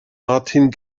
martin